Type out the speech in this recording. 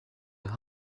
with